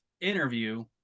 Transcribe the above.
interview